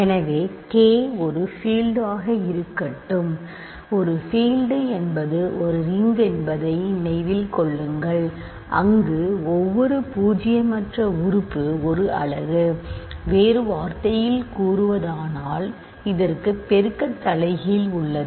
எனவே K ஒரு field ஆக இருக்கட்டும் ஒரு பீல்டு என்பது ஒரு ரிங்கு என்பதை நினைவில் கொள்ளுங்கள் அங்கு ஒவ்வொரு பூஜ்ஜியமற்ற உறுப்பு ஒரு அலகு வேறு வார்த்தைகளில் கூறுவதானால் இதற்கு பெருக்க தலைகீழ் உள்ளது